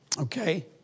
okay